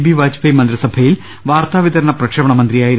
B Vajpayee മന്ത്രിസഭയിൽ വാർത്താവിതരണ പ്രക്ഷേപണ മന്ത്രിയായിരുന്നു